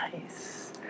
nice